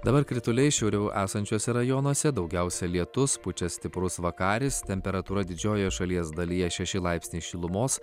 dabar krituliai šiauriau esančiuose rajonuose daugiausia lietus pučia stiprus vakaris temperatūra didžiojoje šalies dalyje šeši laipsniai šilumos